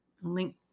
link